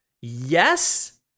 yes